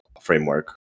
framework